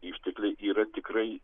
ištekliai yra tikrai